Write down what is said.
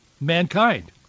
mankind